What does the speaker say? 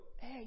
Hey